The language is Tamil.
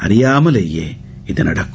அறியாமலேயே இது நடக்கும்